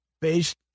based